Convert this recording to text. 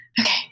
Okay